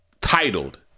titled